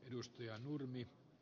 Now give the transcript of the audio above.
arvoisa puhemies